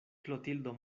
klotildo